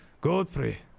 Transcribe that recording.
Godfrey